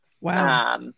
Wow